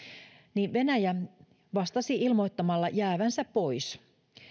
niin venäjä vastasi ilmoittamalla jäävänsä pois